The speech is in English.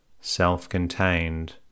self-contained